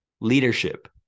Leadership